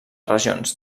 regions